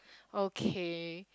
okay